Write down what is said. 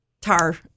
tar